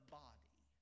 body